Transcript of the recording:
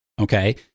Okay